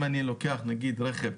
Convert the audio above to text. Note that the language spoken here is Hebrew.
אם אני לוקח נגיד רכב,